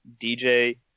dj